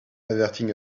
averting